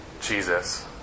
Jesus